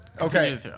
Okay